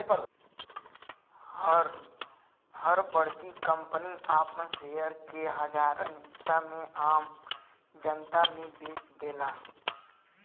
हर बड़की कंपनी आपन शेयर के हजारन हिस्सा में आम जनता मे बेच देला